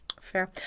Fair